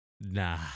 Nah